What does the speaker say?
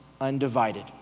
undivided